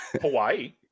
Hawaii